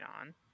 on